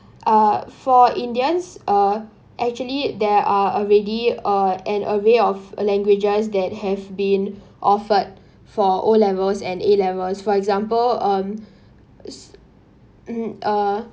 uh for indians uh actually there are already a an array of languages that have been offered for o-levels and a-levels for example um mm err